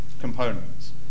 components